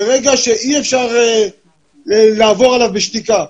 זה רגע שאי אפשר לעבור עליו בשתיקה.